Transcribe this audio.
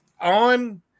On